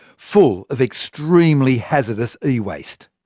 full of extremely hazardous ewaste.